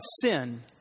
sin